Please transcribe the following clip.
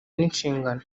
n’inshingano